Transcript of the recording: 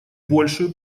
большую